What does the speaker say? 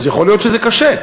אז יכול להיות שזה קשה,